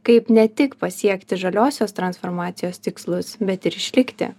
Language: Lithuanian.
kaip ne tik pasiekti žaliosios transformacijos tikslus bet ir išlikti